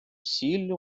сіллю